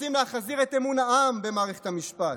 רוצים להחזיר את אמון העם במערכת המשפט.